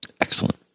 Excellent